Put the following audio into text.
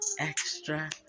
extra